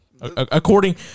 according